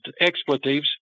expletives